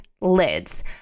lids